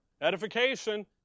edification